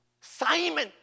Simon